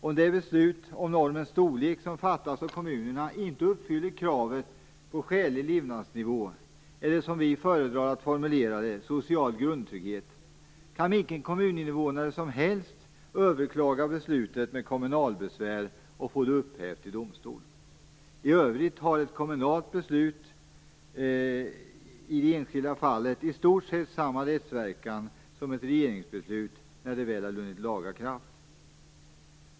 Om det beslut om normens storlek som fattas av kommunen inte uppfyller kravet på skälig levnadsnivå eller som vi föredrar att formulera det, social grundtrygghet, kan vilken kommuninnevånare som helst överklaga beslutet med kommunalbesvär, och få det upphävt av domstol. I övrigt har ett kommunalt beslut i det enskilda fallet i stort sett samma rättsverkan som ett regeringsbeslut när det väl har vunnit laga kraft.